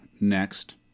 next